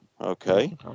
Okay